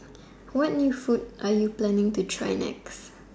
what new food are you planning to try next